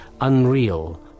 unreal